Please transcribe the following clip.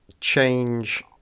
change